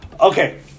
Okay